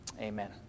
Amen